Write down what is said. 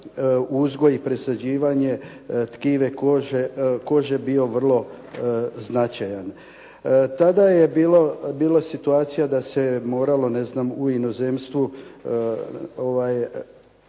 uzgoj i presađivanja tkiva kože bio vrlo značajan. Tada je bilo situacija da se moralo u inozemstvu